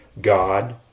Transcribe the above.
God